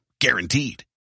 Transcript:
Guaranteed